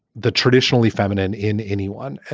the traditionally feminine in anyone.